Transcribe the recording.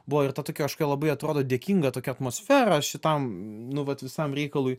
buvo ir ta tokia kažkokia labai atrodo dėkinga tokia atmosfera šitam nu vat visam reikalui